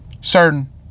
certain